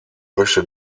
möchte